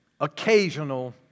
occasional